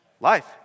Life